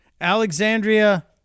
Alexandria